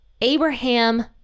Abraham